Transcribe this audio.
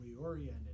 oriented